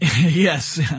Yes